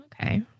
Okay